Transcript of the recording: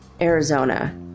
Arizona